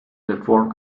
deform